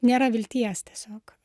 nėra vilties tiesiog